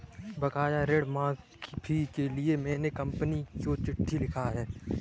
बकाया ऋण माफी के लिए मैने कंपनी को चिट्ठी लिखा है